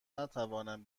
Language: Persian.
نتوانم